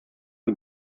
die